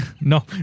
No